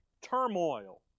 turmoil